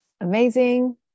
Amazing